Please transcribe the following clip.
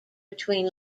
between